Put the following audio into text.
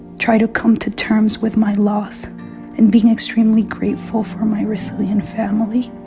try to come to terms with my loss and being extremely grateful for my resilient family,